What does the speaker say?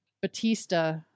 Batista